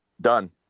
done